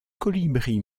colibri